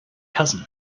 cousin